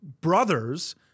brothers